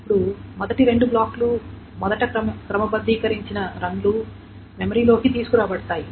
ఇప్పుడు మొదటి రెండు బ్లాక్లు మొదట క్రమబద్ధీకరించబడిన రన్ లు మెమరీలోకి తీసుకురాబడతాయి